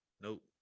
nope